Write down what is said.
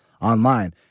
online